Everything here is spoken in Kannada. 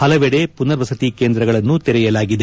ಪಲವೆಡೆ ಮನರ್ವಸತಿ ಕೇಂದ್ರಗಳನ್ನು ತೆರೆಯಲಾಗಿದೆ